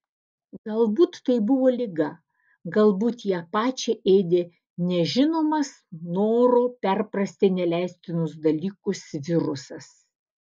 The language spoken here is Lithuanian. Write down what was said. galbūt tai buvo liga galbūt ją pačią ėdė nežinomas noro perprasti neleistinus dalykus virusas